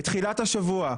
בתחילת השבוע,